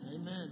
amen